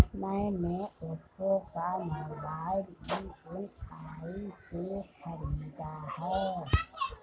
मैने ओप्पो का mobile EMI पे खरीदा है